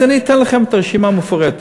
אז אני אתן לכם את הרשימה המפורטת: